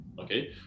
Okay